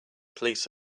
police